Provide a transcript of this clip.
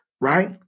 Right